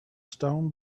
stone